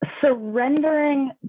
surrendering